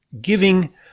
giving